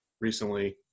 recently